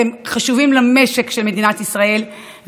אתם חשובים למשק של מדינת ישראל,